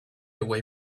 away